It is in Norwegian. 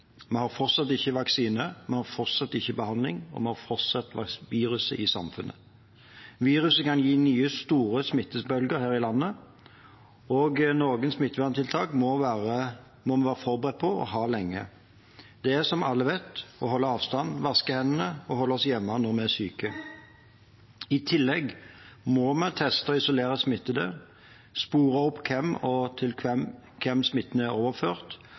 Vi har fortsatt ikke vaksine, vi har fortsatt ikke behandling og vi har fortsatt viruset i samfunnet. Viruset kan gi nye store smittebølger her i landet, og noen smitteverntiltak må vi være forberedt på å ha lenge. Det er, som alle vet, å holde avstand, vaske hendene og holde oss hjemme når vi er syke. I tillegg må vi teste og isolere smittede, spore opp til hvem smitten er overført,